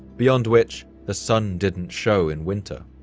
beyond which the sun didn't show in winter.